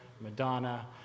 Madonna